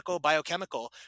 biochemical